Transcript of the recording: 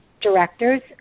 directors